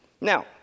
now